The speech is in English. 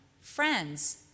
friends